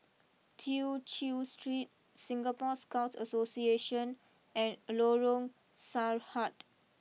Tew Chew Street Singapore Scout Association and Lorong Sarhad